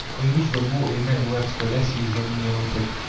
in which the more a man works the less he is remunerated,